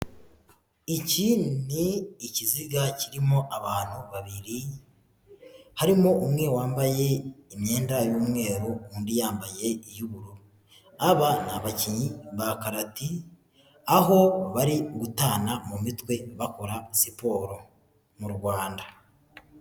Iki ni ikiziga kirimo abantu babiri, harimo umwe wambaye imyenda y'umweru, undi yambaye iy'ubururu. Aba ni abakinnyi ba karati, aho bari gutana mu mitwe, bakora siporo, mu Rwanda.